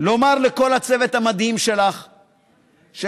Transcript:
לומר לכל הצוות המדהים שלך שבאמת,